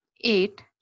eight